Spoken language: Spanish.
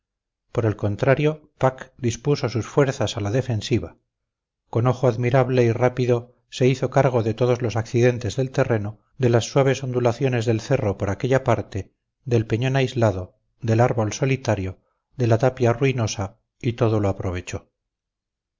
por el contrario pack dispuso sus fuerzas a la defensiva con ojo admirable y rápido se hizo cargo de todos los accidentes del terreno de las suaves ondulaciones del cerro por aquella parte del peñón aislado del árbol solitario de la tapia ruinosa y todo lo aprovechó